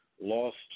lost